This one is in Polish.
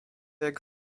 jak